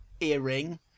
earring